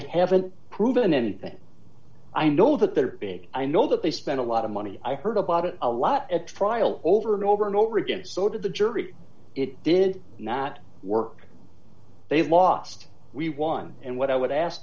haven't proven anything i know that they're being i know that they spent a lot of money i heard about it a lot at trial over and over and over again so did the jury it did not work they have lost we won and what i would ask